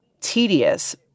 tedious